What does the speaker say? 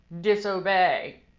disobey